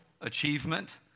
achievement